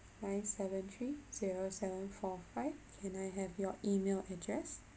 nine seven three zero seven four five can I have your email address